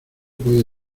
puede